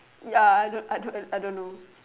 ya I don't I don't I don't know